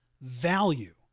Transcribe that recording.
value